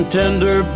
tender